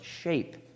shape